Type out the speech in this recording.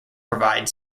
provide